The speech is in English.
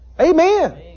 Amen